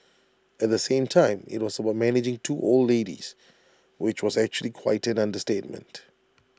at the same time IT was about managing two old ladies which was actually quite an understatement